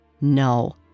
No